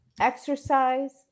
exercise